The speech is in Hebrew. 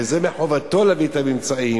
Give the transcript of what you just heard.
וזה מחובתו להביא את הממצאים,